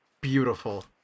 Beautiful